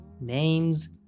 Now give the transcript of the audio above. names